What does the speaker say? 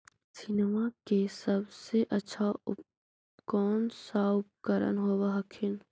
मसिनमा मे सबसे अच्छा कौन सा उपकरण कौन होब हखिन?